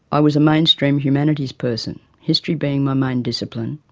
i was a mainstream humanities person, history being my main discipline,